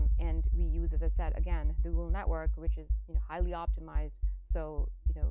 and and we use, as i said, again the google network which is highly optimized. so you know